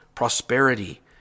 prosperity